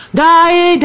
die